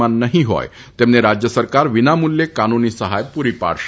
માં નહીં હોય તેમને રાજ્ય સરકાર વિનામૂલ્યે કાનૂની સહાય પૂરી પાડશે